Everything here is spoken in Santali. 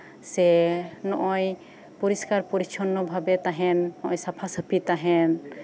ᱥᱮ ᱱᱚᱜᱼᱚᱭ ᱯᱚᱨᱤᱥᱠᱟᱨᱼᱯᱚᱨᱤᱪᱪᱷᱚᱱᱱᱚ ᱵᱷᱟᱵᱮ ᱛᱟᱦᱮᱸᱱ ᱱᱚᱜᱼᱚᱭ ᱥᱟᱯᱷᱟᱼᱥᱟᱯᱷᱤ ᱛᱟᱦᱮᱸᱱ